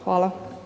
Hvala.